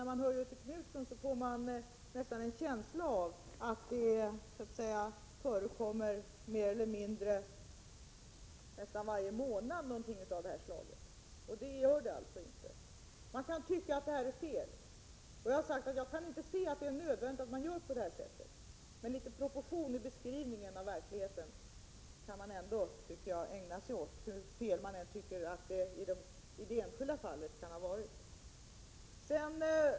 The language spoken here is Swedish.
När man hör Göthe Knutson får man mer eller mindre en känsla av att det nästan varje månad förekommer något av det här slaget, men det gör det alltså inte. Man kan tycka att det är fel att sådant här förekommer, och jag har sagt att jag inte kan se att det är nödvändigt att göra på det sättet. Men litet proportioner i beskrivningen av verkligheten kan man ändå kosta på sig, hur fel man än tycker att det kan ha varit i det enskilda fallet.